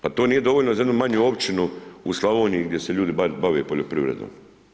Pa to nije dovoljno za jednu manju općinu u Slavoniji gdje se ljudi bave poljoprivredom.